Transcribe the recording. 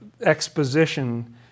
exposition